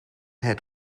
had